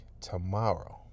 tomorrow